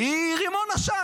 היא רימון עשן,